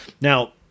Now